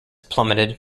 plummeted